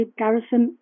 garrison